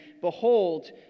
Behold